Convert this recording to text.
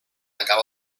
acaba